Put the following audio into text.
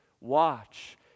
watch